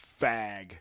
fag